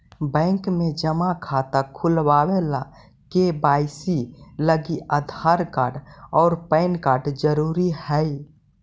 bank में जमा खाता खुलावे ला के.वाइ.सी लागी आधार कार्ड और पैन कार्ड ज़रूरी हई